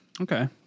Okay